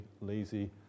lazy